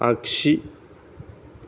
आखसि